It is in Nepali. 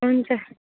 हुन्छ